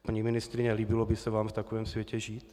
Paní ministryně, líbilo by se vám v takovém světě žít?